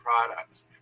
products